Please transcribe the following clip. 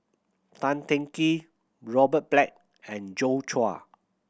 Tan Teng Kee Robert Black and Joi Chua